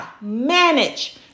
manage